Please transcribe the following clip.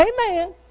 Amen